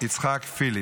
יצחק פיליפ.